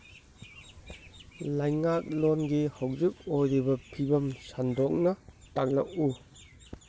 ꯂꯩꯉꯥꯛꯂꯣꯟꯒꯤ ꯍꯧꯖꯤꯛ ꯑꯣꯏꯔꯤꯕ ꯐꯤꯕꯝ ꯁꯟꯗꯣꯛꯅ ꯇꯥꯛꯂꯛꯎ